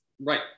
Right